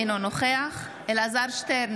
אינו נוכח אלעזר שטרן,